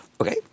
Okay